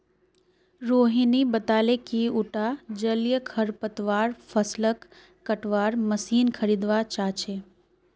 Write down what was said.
रोहिणी बताले कि उटा जलीय खरपतवार फ़सलक कटवार मशीन खरीदवा चाह छ